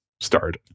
start